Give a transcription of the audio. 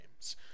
games